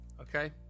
okay